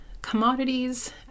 commodities